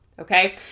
okay